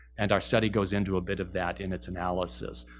and our study goes into a bit of that in its analysis.